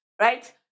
right